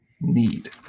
need